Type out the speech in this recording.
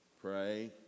pray